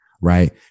right